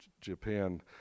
Japan